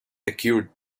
occurred